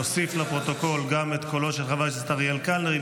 נוסיף לפרוטוקול גם את קולו של חבר הכנסת אריאל קלנר,